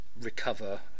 recover